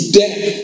death